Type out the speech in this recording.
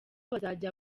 bazajya